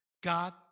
God